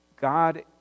God